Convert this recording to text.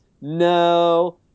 No